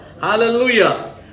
Hallelujah